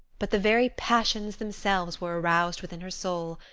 but the very passions themselves were aroused within her soul,